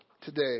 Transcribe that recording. today